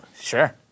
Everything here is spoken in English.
Sure